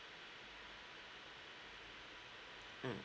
mm